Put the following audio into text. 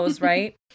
right